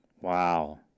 Wow